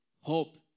hope